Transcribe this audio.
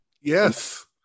Yes